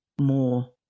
more